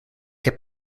heb